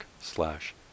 slash